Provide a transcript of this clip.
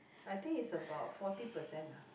I think it's about forty percent ah